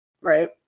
right